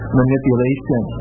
manipulation